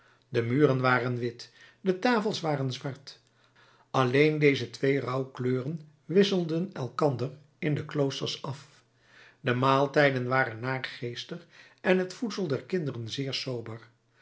de muren waren wit de tafels waren zwart alleen deze twee rouwkleuren wisselden elkander in de kloosters af de maaltijden waren naargeestig en het voedsel der kinderen zeer sober